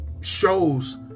shows